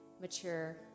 mature